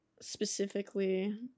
specifically